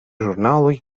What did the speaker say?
ĵurnaloj